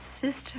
sister